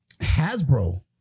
Hasbro